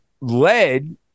led